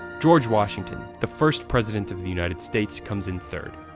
george washington, the first president of the united states, comes in third.